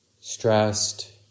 stressed